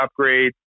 upgrades